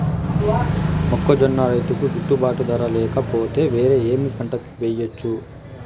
మొక్కజొన్న రైతుకు గిట్టుబాటు ధర లేక పోతే, వేరే ఏమి పంట వెయ్యొచ్చు?